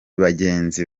bagenzi